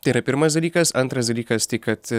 tai yra pirmas dalykas antras dalykas kad